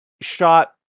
shot